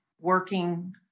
working